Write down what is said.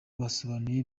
basobanuye